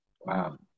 Wow